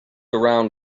around